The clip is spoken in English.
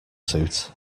suit